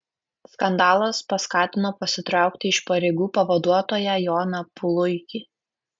skandalas paskatino pasitraukti iš pareigų pavaduotoją joną puluikį